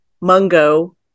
mungo